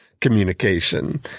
communication